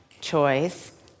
Choice